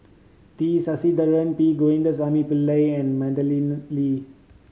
T Sasitharan P Govindasamy Pillai and Madeleine Lee